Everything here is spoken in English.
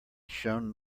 shone